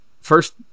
first